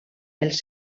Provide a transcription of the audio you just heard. els